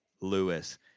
Lewis